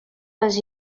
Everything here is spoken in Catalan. les